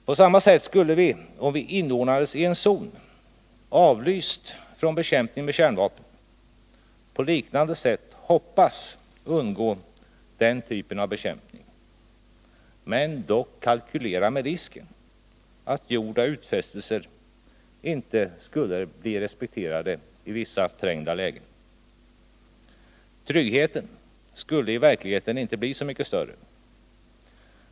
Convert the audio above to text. På samma sätt skulle vi om vi inordnades i en zon, avlyst från bekämpning med kärnvapen, på liknande sätt hoppas undgå den typen av bekämpning men ändå kalkylera med risken att gjorda utfästelser inte skulle bli respekterade i trängda lägen. Tryggheten skulle i verkligheten inte bli så mycket större.